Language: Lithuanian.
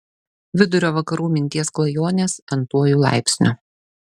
vidurio vakarų minties klajonės n tuoju laipsniu